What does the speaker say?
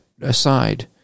aside